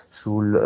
sul